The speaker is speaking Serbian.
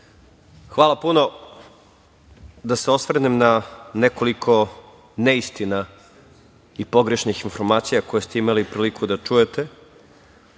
Hvala puno. Da se osvrnem na nekoliko neistina i pogrešnih informacija koje ste imali priliku da čujete. Dakle,